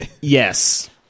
Yes